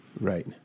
Right